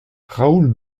raoul